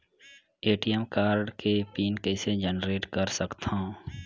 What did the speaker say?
ATM card के pin कइसे generate कर सकथव?